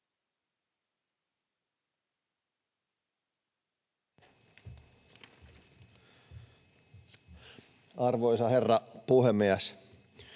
Arvoisa herra puhemies!